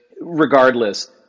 regardless